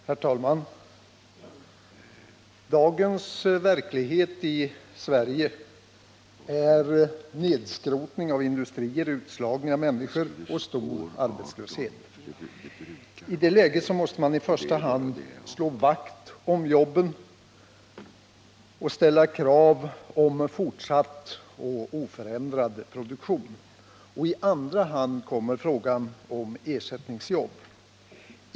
Herr talman! Dagens verklighet i Sverige är nedskrotning av industrier, utslagning av människor och stor arbetslöshet. I det läget måste man i första hand slå vakt om jobben och ställa krav på fortsatt och oförändrad produktion. I andra hand kommer frågan om ersättningsjobb.